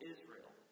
Israel